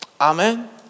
Amen